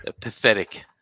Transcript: Pathetic